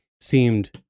seemed